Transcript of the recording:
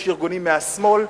יש ארגונים מהשמאל,